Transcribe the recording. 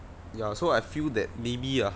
ya so I feel that maybe ah